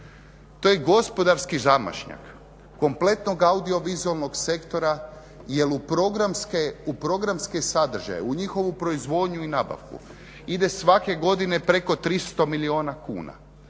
To je gospodarski zamašnjak kompletno audiovizualnog sektora jer u programske sadržaje u njihovu proizvodnju i nabavku ide svake godine preko 300 milijuna kuna.